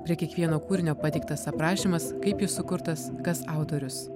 prie kiekvieno kūrinio pateiktas aprašymas kaip jis sukurtas kas autorius